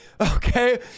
okay